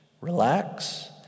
Relax